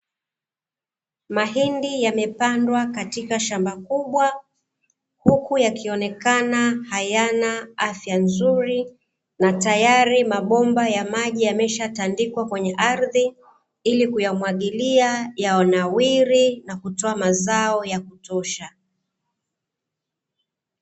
Mahindi yamepandwa katika shamba kubwa, huku yakionekana hayana afya nzuri, na tayari mabomba ya maji yameshatandikwa kwenye ardhi, ili kuyamwagilia yanawiri na kutoa mazao ya kutosha.